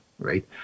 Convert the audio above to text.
right